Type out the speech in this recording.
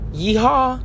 Yeehaw